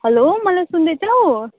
hello मलाई सुन्दैछौ